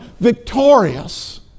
victorious